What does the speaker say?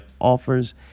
offers